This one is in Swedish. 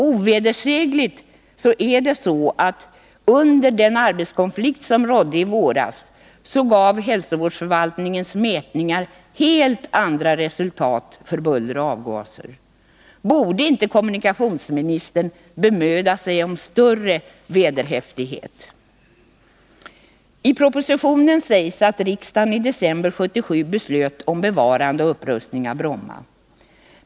Ovedersägligt är att under arbetskonflikten i våras gav hälsovårdsförvaltningens mätningar helt andra resultat beträffande förekomsten av buller och avgaser. Borde inte kommunikationsministern bemöda sig om större vederhäftighet? I propositionen sägs att riksdagen i december 1977 fattade beslut om bevarande och upprustning av Bromma.